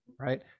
right